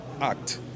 Act